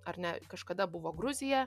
ar ne kažkada buvo gruzija